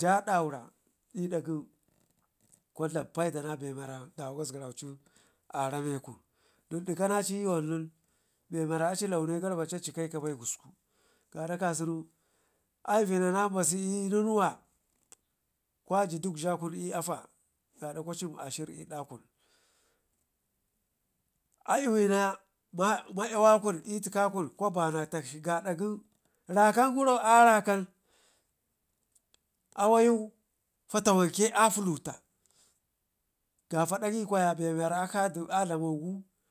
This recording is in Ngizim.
ja daura l'da gən kwa dlam paida na be me mewara dauwa gasgaraucinkun areme kun nen dikna ci yuwan nen be me wara aci laune gartaca ci ke kabai kusku gaada kasunu allaina na nabasuk l'nunuwa kwaji dukzha kun l'afagaada kwa cim acirr l'dakun ayiwena mayaw akun l'tika kun kobana takshi gaada rakan guro arakan awayu fato wanke apuluta gafa dagyi kwaya bedagyi. miwar a a dlamogu.